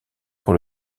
pour